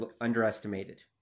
underestimated